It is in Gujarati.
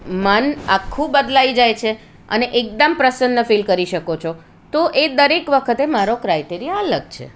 મન આખું બદલાઈ જાય છે અને એકદમ પ્રસનલ ફિલ કરી શકો છો તો એ દરેક વખતે મારો ક્રાઇટએરિયા અલગ છે